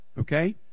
Okay